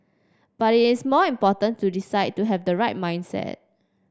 but it is more important to decide to have the right mindset